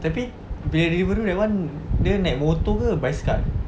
tapi bila Deliveroo that [one] dia naik motor ke basikal